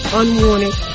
unwanted